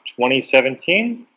2017